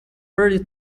thirty